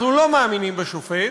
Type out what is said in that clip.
אנחנו לא מאמינים בשופט,